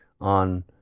on